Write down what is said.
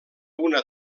una